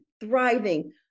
thriving